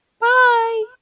bye